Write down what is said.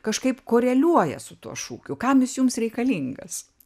kažkaip koreliuoja su tuo šūkiu kam jis jums reikalingas